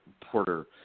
Porter